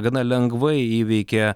gana lengvai įveikė